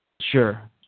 sure